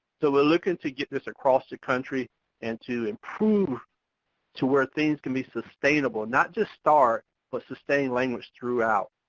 so we're looking to get this across the country and to improve to where things can be sustainable. not just start, but sustain language throughout.